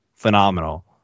phenomenal